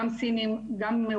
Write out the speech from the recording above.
גם סינים,